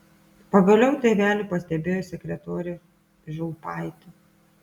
pagaliau tėvelį pastebėjo sekretorė žulpaitė